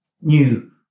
new